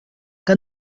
que